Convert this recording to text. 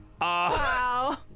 Wow